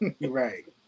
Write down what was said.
Right